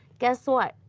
guess what?